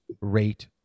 rate